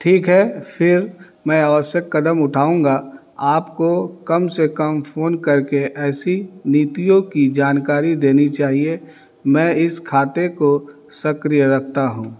ठीक है फिर मैं आवश्यक कदम उठाऊँगा आपको कम से कम फ़ोन करके ऐसी नीतियों की जानकारी देनी चाहिए मैं इस खाते को सक्रिय रखता हूँ